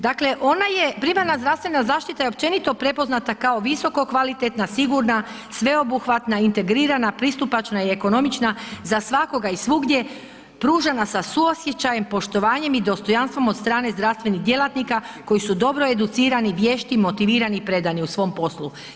Dakle ona je, primarna zdravstvena zaštita je općenito prepoznata kao visoko kvalitetna, sigurna, sveobuhvatna, integrirana, pristupačna i ekonomična za svakoga i svugdje, pružana sa suosjećajem, poštovanjem i dostojanstvom od strane zdravstvenih djelatnika koji su dobro educirani, vješti, motivirani i predani u svom poslu.